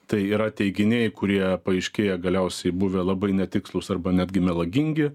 tai yra teiginiai kurie paaiškėja galiausiai buvę labai netikslūs arba netgi melagingi